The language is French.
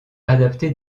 adapté